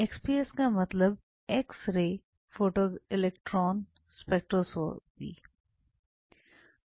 XPS का मतलब X ray photo electron spectroscopy है